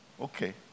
Okay